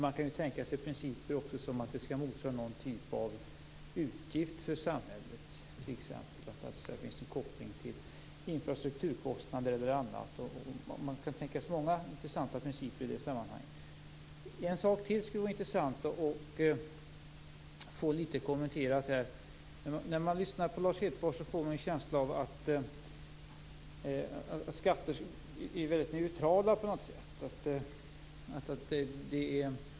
Man kan tänka sig principen att skatten skall motsvara någon typ av utgift för samhället, t.ex. att det finns en koppling till infrastrukturkostnader eller annat. Man kan tänka sig många intressanta principer i det sammanhanget. Det är en sak till som det vore intressant att få något kommenterad. När man lyssnar på Lars Hedfors får man intrycket att skatter på något sätt är väldigt neutrala.